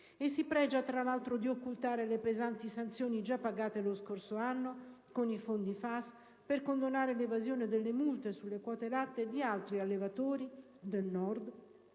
e si pregia, tra l'altro, di occultare le pesanti sanzioni già pagate lo scorso anno con i fondi FAS per condonare l'evasione delle multe sulle quote latte di altri allevatori del Nord,